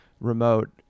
remote